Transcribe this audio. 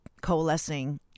coalescing